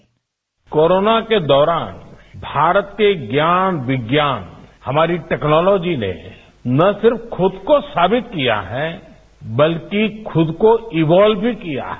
bite corona के दौरान भारत के ज्ञान विज्ञान हमारी टेक्नोलॉजी ने न सिर्फ खुद को साबित किया है बल्कि खुद को इवाल्व भी किया है